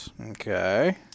Okay